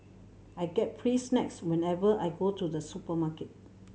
I get free snacks whenever I go to the supermarket